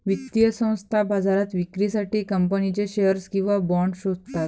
वित्तीय संस्था बाजारात विक्रीसाठी कंपनीचे शेअर्स किंवा बाँड शोधतात